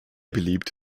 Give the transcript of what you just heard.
beliebt